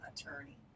attorney